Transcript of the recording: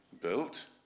built